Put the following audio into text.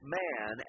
man